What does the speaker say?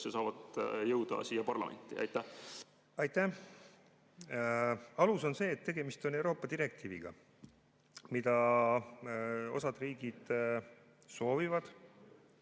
saavad jõuda siia parlamenti? Aitäh! Alus on see, et tegemist on Euroopa direktiiviga, mida osa riike soovib